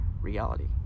reality